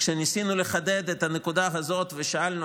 כשניסינו לחדד את הנקודה הזאת ושאלנו